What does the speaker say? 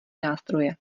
nástroje